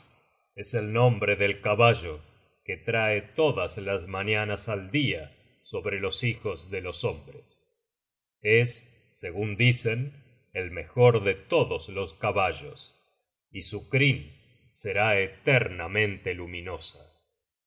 es el nombre del caballo que trae todas las mañanas al dia sobre los hijos de los hombres es segun dicen el mejor de todos los caballos y su crin será eternamente luminosa